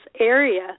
area